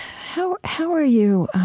how how are you i